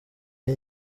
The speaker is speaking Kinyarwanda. ari